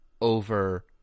over